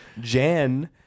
Jan